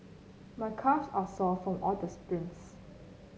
my calves are sore from all the sprints